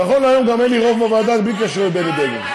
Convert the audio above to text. נכון להיום אין לי רוב בוועדה גם בלי קשר לבני בגין.